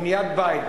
בניית בית,